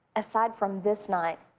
aside from this night,